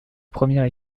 première